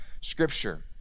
scripture